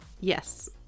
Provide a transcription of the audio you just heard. Yes